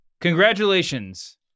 Congratulations